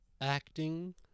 acting